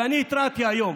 ואני התרעתי היום.